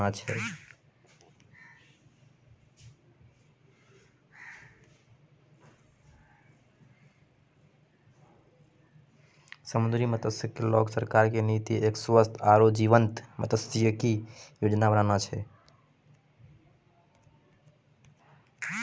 समुद्री मत्सयिकी क लैकॅ सरकार के नीति एक स्वस्थ आरो जीवंत मत्सयिकी योजना बनाना छै